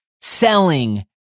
selling